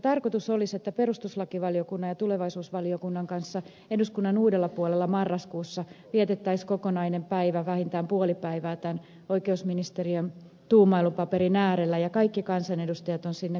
tarkoitus olisi että perustuslakivaliokunnan ja tulevaisuusvaliokunnan kanssa eduskunnan uudella puolella marraskuussa vietettäisiin kokonainen päivä vähintään puoli päivää tämän oikeusministeriön tuumailupaperin äärellä ja kaikki kansanedustajat on sinne kutsuttu